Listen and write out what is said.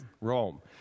Rome